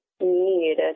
need